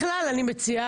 בכלל אני מציעה,